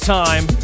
time